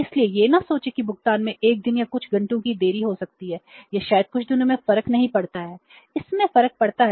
इसलिए यह न सोचें कि भुगतान में 1 दिन या कुछ घंटों की देरी हो सकती है या शायद कुछ दिनों में फर्क नहीं पड़ता है इससे फर्क पड़ता है